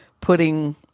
putting